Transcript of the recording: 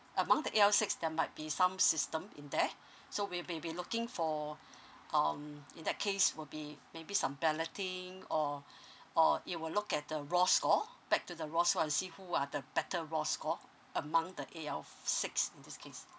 among the A_L six there might be some system in there so we be be looking for um in that case will be maybe some balloting or or it will look at the raw score back to the raw score and see who are the better raw score among the A_L f~ six in this case